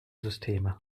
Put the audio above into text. systeme